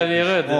אתה רוצה,